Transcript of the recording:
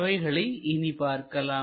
அவைகளை இனி பார்க்கலாம்